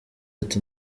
ati